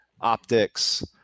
optics